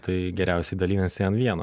tai geriausiai dalinasi an vieno